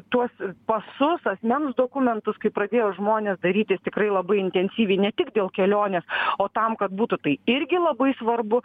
tuos pasus asmens dokumentus kai pradėjo žmonės darytis tikrai labai intensyviai ne tik dėl kelionės o tam kad būtų tai irgi labai svarbu